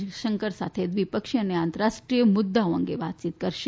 જયશંકર સાથે દ્વિપક્ષીય તથા આંતરરાષ્ટ્રીય મુદ્દાઓ અંગે વાતયીત કરશે